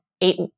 eight